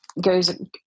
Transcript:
goes